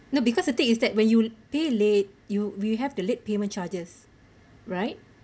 no because the thing is that when you pay late you will have the late payment charges right